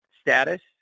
status